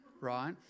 right